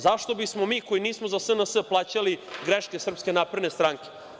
Zašto bismo mi, koji nismo za SNS, plaćali greške Srpske napredne stranke?